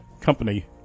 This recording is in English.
Company